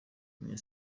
umunye